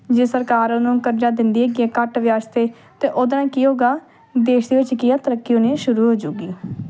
ਜੇ ਸਰਕਾਰ ਉਹਨਾਂ ਨੂੰ ਕਰਜ਼ਾ ਦਿੰਦੀ ਹੈਗੀ ਏ ਘੱਟ ਵਿਆਜ 'ਤੇ ਤਾਂ ਉਹਦੇ ਨਾਲ਼ ਕੀ ਹੋਵੇਗਾ ਦੇਸ਼ ਦੇ ਵਿੱਚ ਕੀ ਆ ਤਰੱਕੀ ਹੋਣੀ ਸ਼ੁਰੂ ਹੋ ਜੂਗੀ